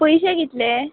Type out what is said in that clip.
पयशे कितले